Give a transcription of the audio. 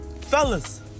Fellas